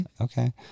Okay